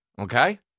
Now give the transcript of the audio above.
Okay